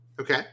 Okay